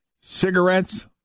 cigarettes